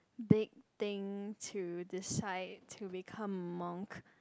big thing to decide to become monk